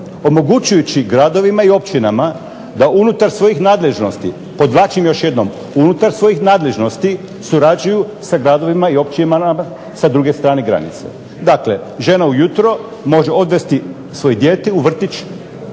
omogućujući gradovima i općinama da unutar svojih nadležnost, podvlačim još jednom, unutar svojih nadležnosti surađuju sa gradovima i općinama sa druge strane granice. Dakle, žena ujutro može odvesti svoje dijete u vrtić